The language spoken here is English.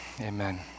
amen